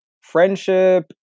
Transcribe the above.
friendship